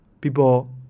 people